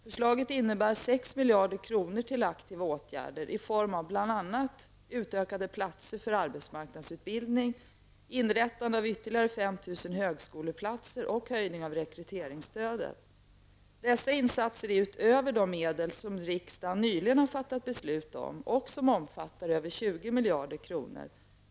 Förslaget innebär 6 miljarder kronor till aktiva åtgärder i form av bl.a. utökat antal platser för arbetsmarkandsutbildning, inrättande av ytterligare 5 000 högskoleplatser och höjning av rekryteringsstödet. Det är här fråga om insatser utöver de medel som riksdagen nyligen har fattat beslut om och som omfattar över 20 miljarder kronor.